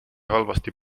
halvasti